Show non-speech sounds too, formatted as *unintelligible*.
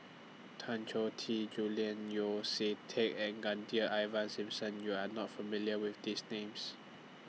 Tan Choh Tee Julian Yeo See Teck and *unintelligible* Ivan Simson YOU Are not familiar with These Names